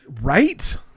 Right